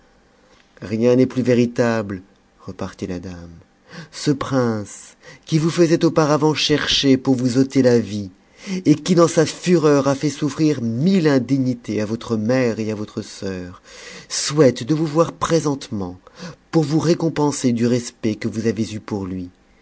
rien n'est plus véritabte repartit la dame ce prince qui vous faisait auparavant chercher pour vous ôter la vie et qui dans sa fureur a fait souffrir mille indignités à votre mère et à votre sœur souhaite de vous voir présentement pour vous récompenser du respect que vous avez eu pour lui